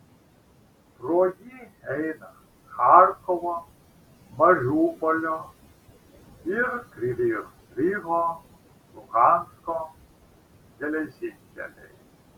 pro jį eina charkovo mariupolio ir kryvyj riho luhansko geležinkeliai